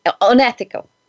unethical